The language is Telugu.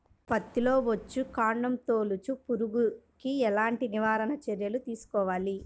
పత్తిలో వచ్చుకాండం తొలుచు పురుగుకి ఎలాంటి నివారణ చర్యలు తీసుకోవాలి?